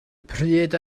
pryd